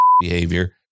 behavior